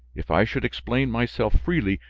if i should explain myself freely,